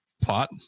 plot